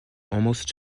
almost